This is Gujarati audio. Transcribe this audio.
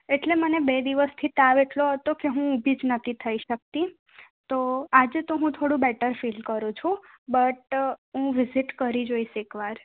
એટલે મને બે દિવસથી તાવ એટલો હતો કે હું ઊભી જ નહોતી થઈ શકતી તો આજે તો હું થોડું બેટર ફિલ કરું છું બટ હું વિઝીટ કરી જોઈશ એકવાર